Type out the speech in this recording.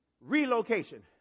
Relocation